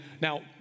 Now